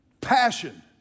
Passion